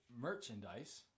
merchandise